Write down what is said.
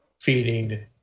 feeding